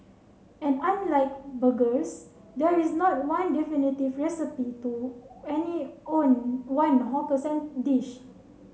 and unlike burgers there is not one definitive recipe to any own one hawker dish